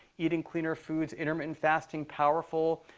eating cleaner foods, intermittent fasting, powerful,